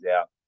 out